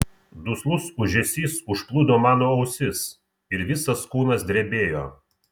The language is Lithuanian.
duslus ūžesys užplūdo mano ausis ir visas kūnas drebėjo